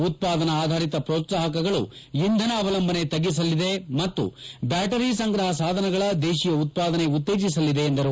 ಉತ್ಪಾದನಾ ಆಧಾರಿತ ಪ್ರೋತ್ಸಾಹಕಗಳು ಇಂಧನ ಅವಲಂಬನೆ ತಗ್ಗಿಸಲಿದೆ ಮತ್ತು ಬ್ಯಾಟರಿ ಸಂಗ್ರಹ ಸಾಧನಗಳ ದೇಶೀಯ ಉತ್ವಾದನೆ ಉತ್ತೇಜಿಸಲಿದೆ ಎಂದರು